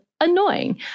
annoying